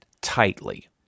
tightly